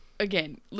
Again